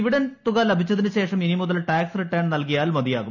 dividend തുക ലഭിച്ചതിനുശേഷം ഇനി മുത്യർ ടാക്സ് റിട്ടേൺ നൽകിയാൽ മതിയാകും